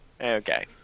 Okay